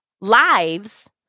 lives